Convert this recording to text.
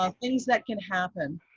ah things that can happen.